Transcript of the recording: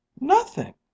Nothing